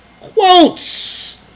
quotes